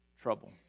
trouble